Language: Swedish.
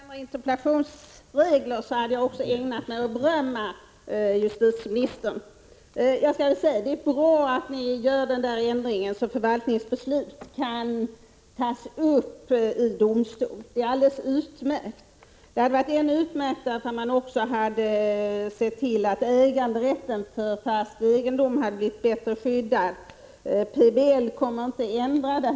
Herr talman! Om reglerna för interpellationsdebatter hade varit annorlunda skulle jag också ha ägnat mig åt att berömma justitieministern. Det är utmärkt att regeringen föreslår en ändring så att förvaltningsbeslut kan tas upp i domstol. Det hade varit ännu bättre om regeringen också hade 89 sett till att äganderätten till fast egendom hade blivit bättre-.skyddad — PBL kommer inte att ändra det.